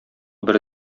бер